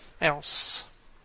else